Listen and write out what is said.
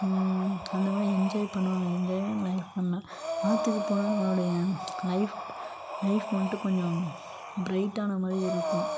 அந்தமாதிரி என்ஜாய் பண்ணுவாங்க எங்கள் ஆற்றுக்கு போனால் நம்மளுடைய லைஃப் லைஃப் வந்துட்டு கொஞ்சம் ப்ரைட் ஆன மாதிரி இருக்கும்